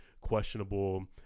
questionable